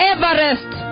Everest